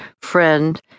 friend